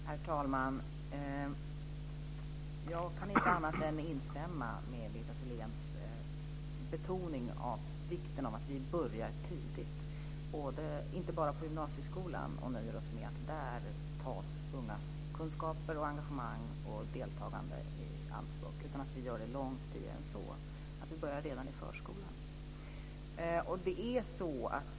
Herr talman! Jag kan inte annat än att instämma i Birgitta Selléns betoning av vikten av att vi börjar tidigt. Det gäller inte bara på gymnasieskolan. Vi ska inte nöja oss med att ungas kunskaper, engagemang och deltagande tas i anspråk där, utan vi ska börja långt tidigare än så, redan i förskolan.